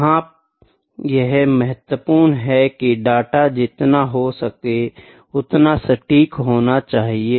यहाँ यह महत्वपूर्ण है की डेटा जितना हो सके उतना सटीक होना चाहिए